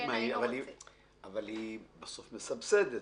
אבל היא בסוף מסבסדת.